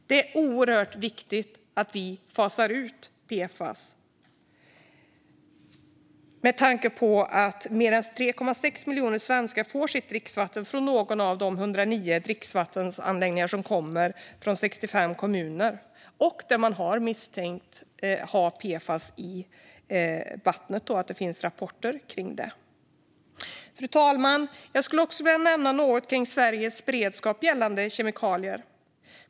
Det är oerhört viktigt att vi fasar ut PFAS med tanke på att mer än 3,6 miljoner svenskar får sitt dricksvatten från någon av de 109 dricksvattenanläggningarna i de 65 kommuner där rapporter visar att det kan finnas PFAS i vattnet. Fru talman! Jag ska också säga något om Sveriges beredskap gällande kemikalier.